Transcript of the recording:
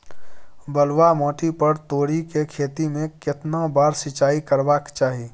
बलुआ माटी पर तोरी के खेती में केतना बार सिंचाई करबा के चाही?